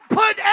put